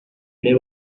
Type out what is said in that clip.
ere